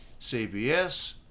CBS